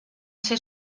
ser